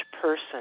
person